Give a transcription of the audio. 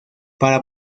para